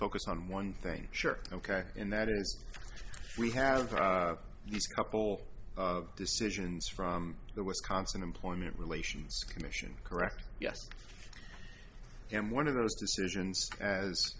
focused on one thing sure ok and that is we have these couple of decisions from the wisconsin employment relations commission correct yes and one of those decisions as